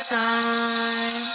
time